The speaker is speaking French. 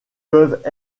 peuvent